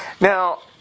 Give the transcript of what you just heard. Now